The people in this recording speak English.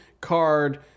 card